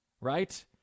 right